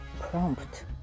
Prompt